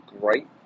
great